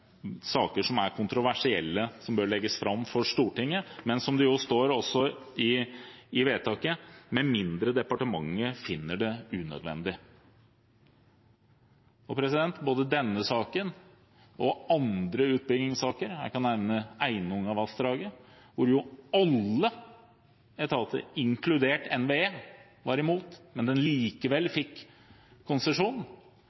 saker som er kontroversielle, bør legges fram for Stortinget, «med mindre departementet finner det unødvendig», som det står i loven. Både denne saken og andre utbyggingssaker – jeg kan nevne Einunnavassdraget, hvor jo alle etater, inkludert NVE, var imot, men en allikevel fikk konsesjon